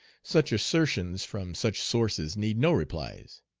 such assertions from such sources need no replies.